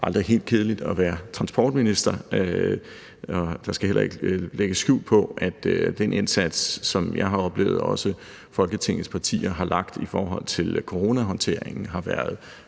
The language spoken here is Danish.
er det aldrig helt kedeligt at være transportminister. Der skal heller ikke lægges skjul på, at den indsats, som jeg også har oplevet at Folketingets partier har lagt i forhold til coronahåndteringen, har været